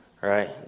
right